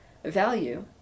Value